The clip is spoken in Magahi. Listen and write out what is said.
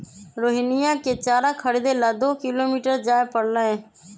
रोहिणीया के चारा खरीदे ला दो किलोमीटर जाय पड़लय